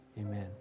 amen